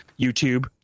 YouTube